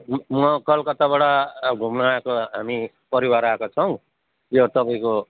म कलकत्ताबाट घुम्नु आएको हामी परिवार आएको छौँ यो तपाईँको